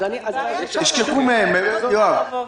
ישכחו מהם, יואב.